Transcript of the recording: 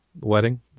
wedding